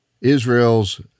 Israel's